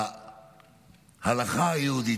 להלכה היהודית.